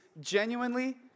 genuinely